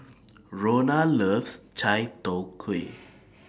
Rhona loves Chai Tow Kuay